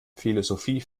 philosophie